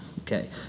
Okay